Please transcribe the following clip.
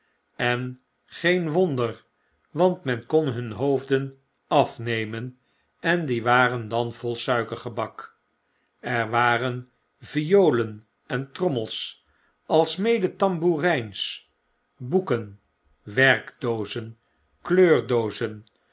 en geen wonder want men kon hun hoofden afnemen en die waren dan vol suikergebak er waren violen en trommels alsmede tamboergns boeken